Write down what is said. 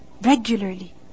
Regularly